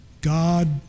God